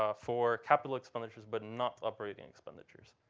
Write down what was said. ah for capital expenditures, but not operating expenditures.